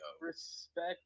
Respect